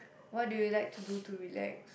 what do you like to do to relax